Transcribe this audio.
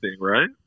right